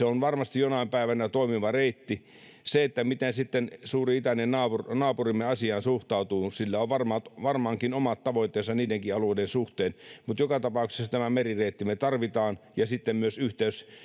on varmasti jonain päivänä toimiva reitti miten sitten suuri itäinen naapurimme naapurimme asiaan suhtautuu sillä on varmaankin omat tavoitteensa niidenkin alueiden suhteen joka tapauksessa tämän merireitin me tarvitsemme ja sitten myös yhteyden